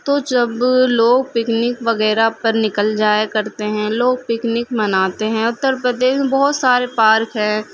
تو جب لوگ پکنک وغیرہ پر نکل جایا کرتے ہیں لوگ پکنک مناتے ہیں اتر پردیش میں بہت سارے پارک ہیں